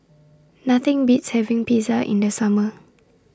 Nothing Beats having Pizza in The Summer